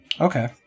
Okay